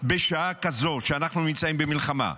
בשעה כזאת, כשאנחנו נמצאים במלחמה: